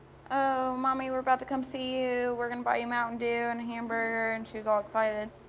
oh, mommy, we're about to come see you. we're gonna buy you mountain dew and a hamburger, and she was all excited.